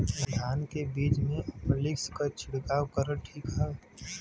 धान के बिज में अलमिक्स क छिड़काव करल ठीक ह?